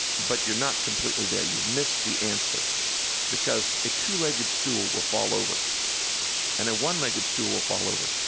but you're not completely there. you've missed the answer because a two-legged stool will fall over and a one-legged stool will fall over.